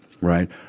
right